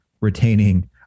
retaining